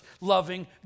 loving